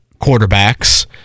quarterbacks